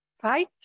fight